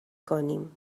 کنیم